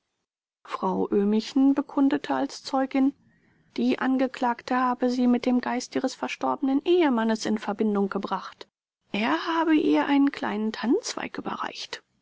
frau öhmichen bekundete als zeugin die angeklagte habe sie mit dem geist ihres verstorbenen ehemannes in verbindung gebracht er habe ihr einen kleinen tannenzweig überreicht